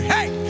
Hey